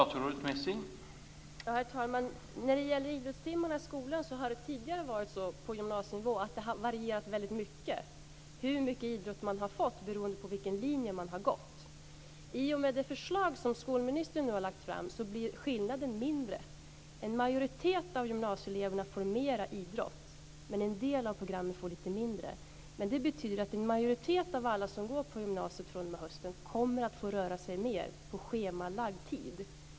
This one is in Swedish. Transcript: Herr talman! När det gäller idrottstimmarna i skolan har det tidigare på gymnasienivå varierat hur mycket idrott man har fått beroende på vilken linje man har gått. I och med det förslag som skolministern nu har lagt fram blir skillnaden mindre. En majoritet av gymnasieeleverna får mer idrott medan en del program får lite mindre. Det betyder att en majoritet av alla som går på gymnasiet från och med hösten kommer att få röra sig mer på schemalagd tid.